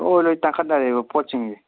ꯂꯣꯏ ꯂꯣꯏ ꯇꯥꯡꯈꯠꯅꯔꯦꯕ ꯄꯣꯠꯁꯤꯡꯁꯦ